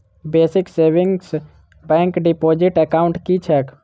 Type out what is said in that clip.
Basic savings bank deposit account की छैक?